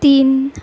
तीन